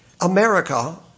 America